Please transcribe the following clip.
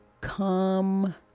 Come